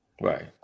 right